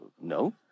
no